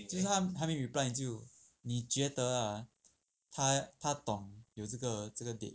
就是他还没有 reply 你就你觉得 ah 他懂懂有这个 date